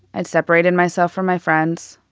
i'd separated myself from my friends.